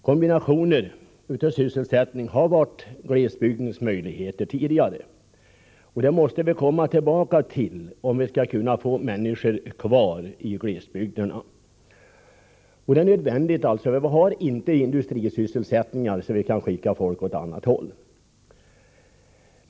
Kombinationer av olika sysselsättningar har tidigare varit glesbygdens möjlighet. Detta måste vi komma tillbaka till, om vi skall få människor att stanna kvar i glesbygderna. Detta är nödvändigt, för vi har inte industrisysselsättningar, så att folk kan skickas åt annat håll.